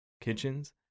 kitchens